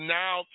now